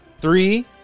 Three